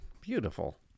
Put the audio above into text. Beautiful